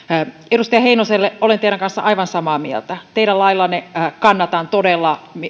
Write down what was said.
edustaja heinoselle olen teidän kanssanne aivan samaa mieltä teidän laillanne kannatan todella